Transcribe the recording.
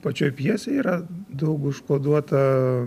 pačioj pjesėj yra daug užkoduota